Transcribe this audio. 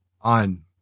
on